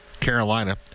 Carolina